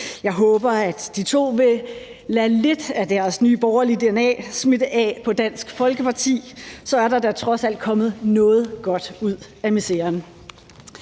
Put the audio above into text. Jeg håber, at de to vil lade lidt af deres Nye Borgerlige-dna smitte af på Dansk Folkeparti. Så er der da trods alt kommet noget godt ud af miseren.